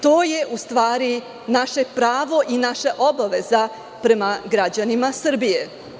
To je naše pravo i naša obaveza prema građanima Srbije.